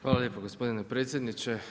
Hvala lijepo gospodine predsjedniče.